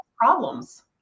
problems